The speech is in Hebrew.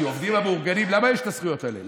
כי העובדים המאורגנים, למה יש את הזכויות האלה?